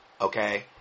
Okay